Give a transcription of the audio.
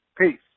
Peace